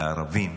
בערבים,